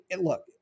look